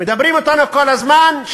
או 17% או